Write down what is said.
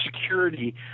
security